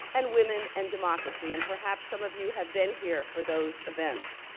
and women and democracy, and perhaps some of you have been here for those events.